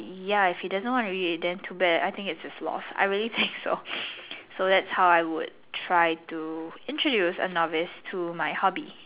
ya if he doesn't want to read it then too bad I think it's his loss I really think so so that's how I would try to introduce a novice to my hobby